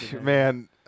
Man